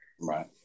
right